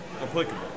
applicable